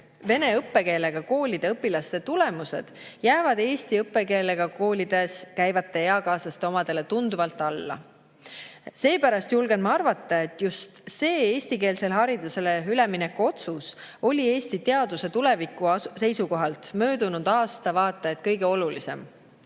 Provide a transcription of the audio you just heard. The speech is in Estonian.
vene õppekeelega koolide õpilaste tulemused jäävad eesti õppekeelega koolides käivate eakaaslaste omadele tunduvalt alla. Seepärast julgen ma arvata, et just eestikeelsele haridusele ülemineku otsus oli Eesti teaduse tuleviku seisukohalt möödunud aasta vaata et kõige olulisem